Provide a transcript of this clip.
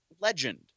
legend